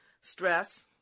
Stress